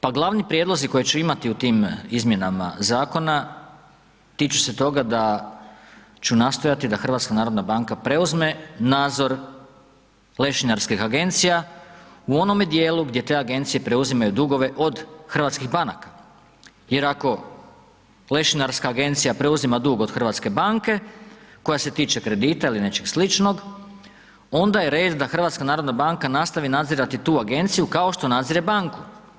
Pa glavni prijedlozi koje ću imati u tim izmjenama zakona tiču se toga da ću nastojati da HNB preuzme nadzor lešinarskih agencija u onome dijelu gdje te agencije preuzimaju dugove od hrvatskih banaka, jer ako lešinarska agencija preuzima dug od HNB-a koja se tiče kredita ili nečeg sličnog onda je red da HNB nastavi nadzirati tu agenciju kako što nadzire banku.